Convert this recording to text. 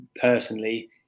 personally